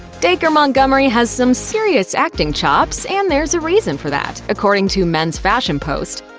dacre montgomery has some serious acting chops, and there's a reason for that. according to men's fashion post,